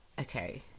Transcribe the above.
Okay